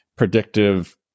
predictive